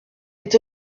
est